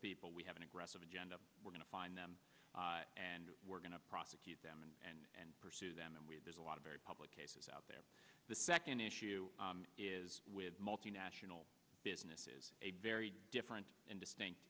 people we have an aggressive agenda we're going to find them and we're going to prosecute them and and pursue them and we're there's a lot of very public cases out there the second issue is with multinational business is a very different and distinct